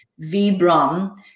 Vibram